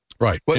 Right